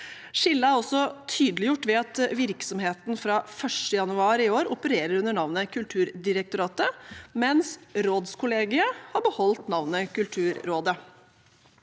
Skillet er også tydeliggjort ved at virksomheten fra 1. januar i år opererer under navnet Kulturdirektoratet, mens rådskollegiet har beholdt navnet Kulturrådet.